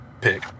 Pick